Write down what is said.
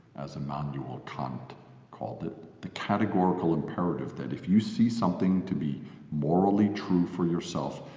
as immanual kant called it the categorical imperative that if you see something to be morally true for yourself,